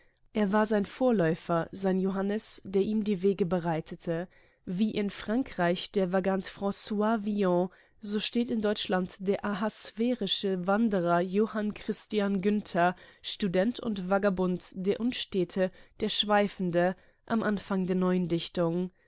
er war sein vorläufer sein johannes der ihm die wege bereitete wie in frankreich der vagant franois villon so steht in deutschland der ahasverische wanderer johann christian günther student und vagabund der unstete der schweifende am anfang der neuen dichtung